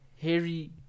harry